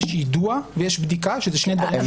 יש שני דברים שונים: יש יידוע ויש בדיקה,